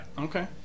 Okay